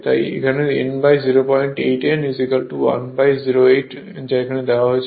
তাই n 08 n 1 08 যা এখানে লেখা হয়েছে